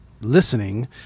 listening